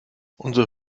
unsere